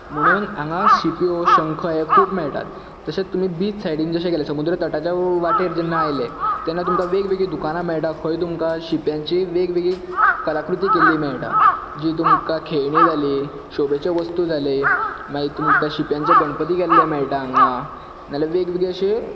म्हणून हांगा शिप्यो शंख हे खूब मेळटात तशेंच तुमी बीच सायडीन जशे गेले समुद्र तटाचे वाटेर जेन्ना आयले तेन्ना तुमकां वेगवगळीं दुखानां मेळटा खंय तुमकां शिप्यांची वेगवेगळी कलाकृती केल्ली मेळटा जी तुमकां खेळणी जालीं शोबेच्यो वस्तू जाली मागीर तुमकां शिप्यांचे गणपती केल्ले मेळटा हांगां नाजाल्यार वेगवेगळे अशे